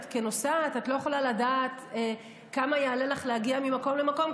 כנוסעת את לא יכולה לדעת כמה יעלה לך להגיע ממקום למקום,